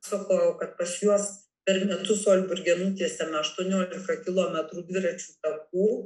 sakau kad pas juos per metus olburge nutiesiama aštuoniolika kilometrų dviračių takų